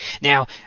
Now